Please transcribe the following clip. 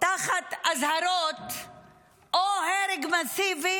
תחת אזהרות או הרג מסיבי